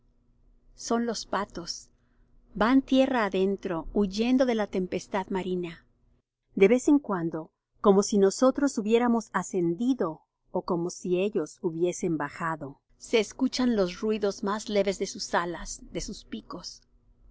son los patos van tierra adentro huyendo de la tempestad marina de vez en cuando como si nosotros hubiéramos ascendido ó como si ellos hubiesen bajado se escuchan los ruidos más leves de sus alas de sus picos